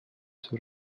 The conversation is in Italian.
sul